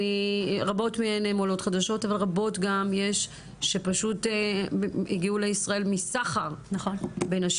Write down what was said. רבות מהן הן עולות חדשות אבל רבות גם יש שפשוט הגיעו לישראל מסחר בנשים.